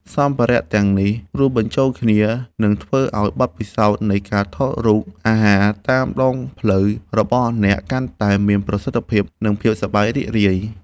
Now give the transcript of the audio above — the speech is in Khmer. សម្ភារៈទាំងអស់នេះរួមបញ្ចូលគ្នា នឹងធ្វើឱ្យបទពិសោធន៍នៃការថតរូបអាហារតាមដងផ្លូវរបស់អ្នកកាន់តែមានប្រសិទ្ធភាព និងភាពសប្បាយរីករាយ។